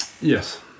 Yes